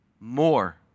More